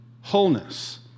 wholeness